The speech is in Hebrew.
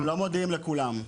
הם לא הודיעו לכולם.